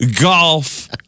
golf